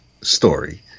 story